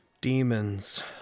Demons